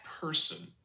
person